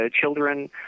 children